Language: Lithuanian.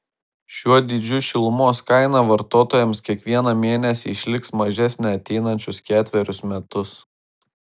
šiuo dydžiu šilumos kaina vartotojams kiekvieną mėnesį išliks mažesnė ateinančius ketverius metus